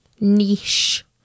niche